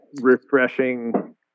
refreshing